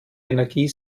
energie